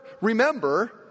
Remember